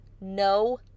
No